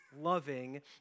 loving